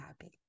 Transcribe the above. happy